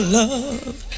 love